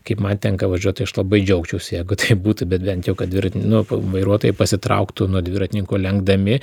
kaip man tenka važiuot tai aš labai džiaugčiausi jeigu būtų bet bent jau kad tvirtinin nu vairuotojai pasitrauktų nuo dviratininkų lenkdami